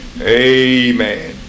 Amen